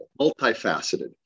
multifaceted